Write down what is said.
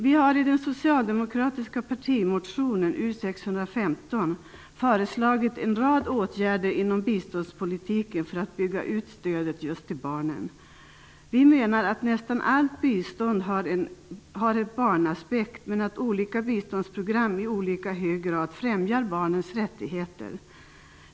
Vi har i den socialdemokratiska partimotionen U615 föreslagit en rad åtgärder inom biståndspolitiken för att bygga ut stödet till just barnen. Vi menar att nästan allt bistånd har en barnaspekt, men att olika biståndsprogram i olika hög grad främjar barnens rättigheter.